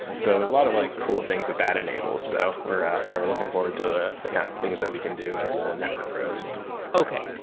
so lot of like cool things that that enables, so we're we're looking forward to the kind of things that we can do as the network grows okay.